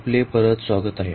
आपले परत स्वागत आहे